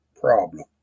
problem